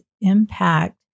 impact